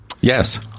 Yes